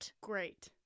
Great